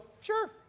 sure